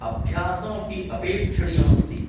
अभ्यासम् अपि अपेक्षणीयम् अस्ति